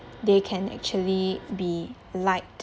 they can actually be liked